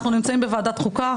אנחנו נמצאים בוועדת החוקה,